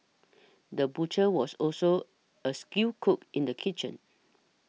the butcher was also a skilled cook in the kitchen